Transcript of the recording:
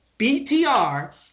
BTR